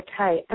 okay